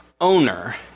owner